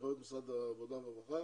הנחיות משרד העבודה והרווחה